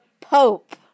Pope